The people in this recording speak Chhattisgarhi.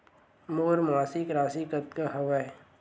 मोर मासिक राशि कतका हवय?